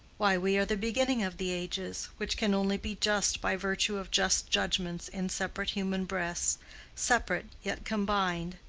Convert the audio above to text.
why, we are the beginning of the ages, which can only be just by virtue of just judgments in separate human breasts separate yet combined.